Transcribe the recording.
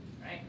right